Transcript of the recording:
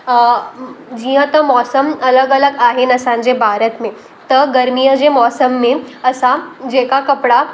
जीअं त मौसम अलॻि अलॻि आहिनि असांजे भारत में त गर्मीअ जे मौसम में असां जेका कपिड़ा